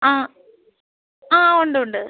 ആ ആ ഉണ്ട് ഉണ്ട്